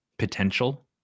potential